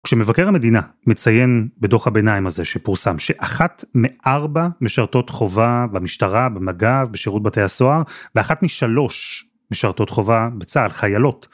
כשמבקר המדינה מציין בדוח הביניים הזה שפורסם שאחת מארבע משרתות חובה במשטרה, במג"ב, בשירות בתי הסוהר ואחת משלוש משרתות חובה בצה"ל, חיילות.